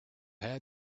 had